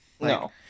no